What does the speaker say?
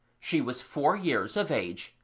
she was four years of age,